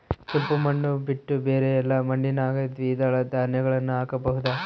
ಕೆಂಪು ಮಣ್ಣು ಬಿಟ್ಟು ಬೇರೆ ಎಲ್ಲಾ ಮಣ್ಣಿನಾಗ ದ್ವಿದಳ ಧಾನ್ಯಗಳನ್ನ ಹಾಕಬಹುದಾ?